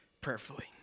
prayerfully